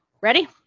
Ready